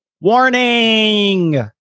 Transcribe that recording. Warning